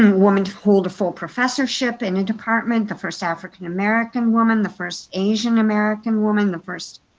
and woman to hold a full professorship in a department, the first african-american woman, the first asian-american woman, the first